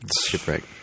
shipwreck